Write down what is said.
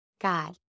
God